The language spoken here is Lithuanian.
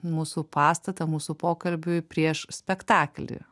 mūsų pastatą mūsų pokalbiui prieš spektaklį